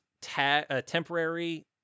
temporary